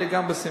יהיה גם בשמחה.